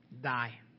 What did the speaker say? die